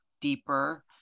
deeper